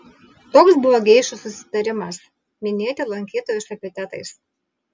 toks buvo geišų susitarimas minėti lankytojus epitetais